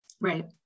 right